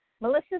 Melissa